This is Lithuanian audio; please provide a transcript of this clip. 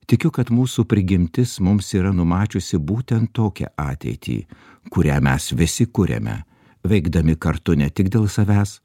tikiu kad mūsų prigimtis mums yra numačiusi būtent tokią ateitį kurią mes visi kuriame veikdami kartu ne tik dėl savęs